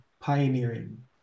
pioneering